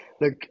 look